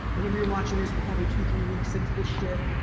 whenever you're watching this, we're probably two, three weeks into this shit,